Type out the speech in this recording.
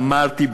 אמרתי,